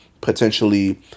potentially